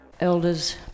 Elders